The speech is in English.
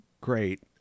Great